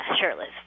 shirtless